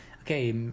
Okay